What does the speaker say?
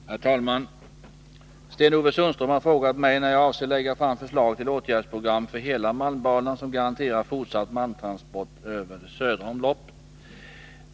Herr talman! Sten-Ove Sundström har frågat mig när jag avser lägga fram förslag till åtgärdsprogram för hela malmbanan som garanterar fortsatt malmtransport över det ”södra omloppet”.